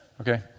Okay